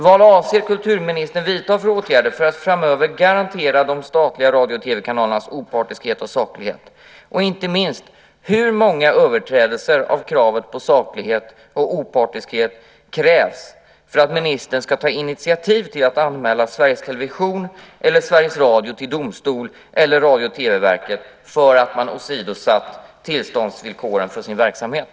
Vad avser kulturministern att vidta för åtgärder för att framöver garantera de statliga radio och TV-kanalernas opartiskhet och saklighet? Och inte minst: Hur många överträdelser av kravet på saklighet och opartiskhet krävs för att ministern ska ta initiativ till att anmäla Sveriges Television eller Sveriges Radio till domstol eller till Radio och TV-verket för att man åsidosatt tillståndsvillkoren för sin verksamhet?